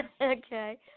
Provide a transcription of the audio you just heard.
Okay